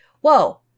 Whoa